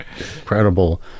incredible